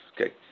Okay